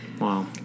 Wow